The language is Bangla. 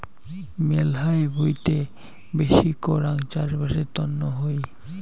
মেলহাই ভুঁইতে বেশি করাং চাষবাসের তন্ন হই